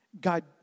God